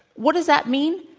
what does that mean?